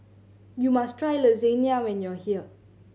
you must try Lasagna when you are here